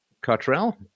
Cottrell